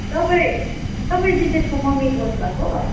तपाईँ तपाइँ दिपेसको मम्मी बोल्नु भएको